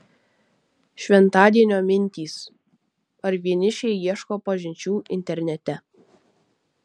šventadienio mintys ar vienišiai ieško pažinčių internete